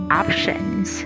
options